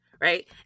right